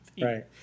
Right